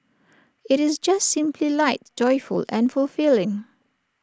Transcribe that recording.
IT is just simply light joyful and fulfilling